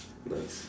like